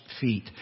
feet